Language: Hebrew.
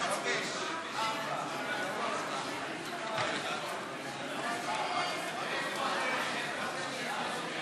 ההצעה להסיר מסדר-היום את הצעת חוק האזרחות (תיקון,